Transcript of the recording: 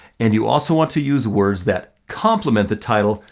and you also want to use words that compliment the title,